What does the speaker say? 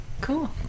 Cool